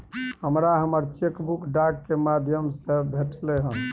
हमरा हमर cheque book डाक के माध्यम से भेटलय हन